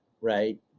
right